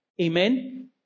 amen